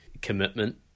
commitment